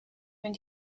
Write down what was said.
wenn